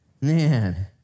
Man